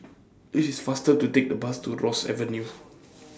IS IT faster to Take The Bus to Ross Avenue